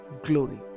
glory